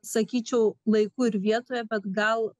sakyčiau laiku ir vietoje bet gal